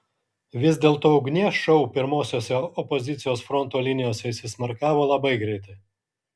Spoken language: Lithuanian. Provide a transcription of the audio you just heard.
vis dėlto ugnies šou pirmosiose opozicijos fronto linijose įsismarkavo labai greitai